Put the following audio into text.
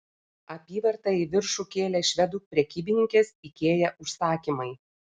apyvartą į viršų kėlė švedų prekybininkės ikea užsakymai